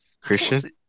Christian